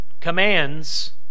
commands